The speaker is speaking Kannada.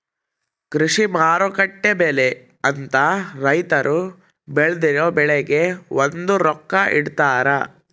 ಕೃಷಿ ಮಾರುಕಟ್ಟೆ ಬೆಲೆ ಅಂತ ರೈತರು ಬೆಳ್ದಿರೊ ಬೆಳೆಗೆ ಒಂದು ರೊಕ್ಕ ಇಟ್ಟಿರ್ತಾರ